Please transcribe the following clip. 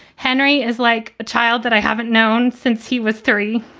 henry is like a child that i haven't known since he was three.